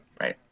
Right